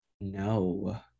no